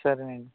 సరేనండి